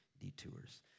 detours